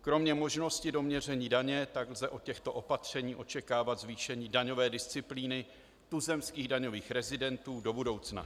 Kromě možnosti doměření daně tak lze od těchto opatření očekávat také zvýšení daňové disciplíny tuzemských daňových rezidentů do budoucna.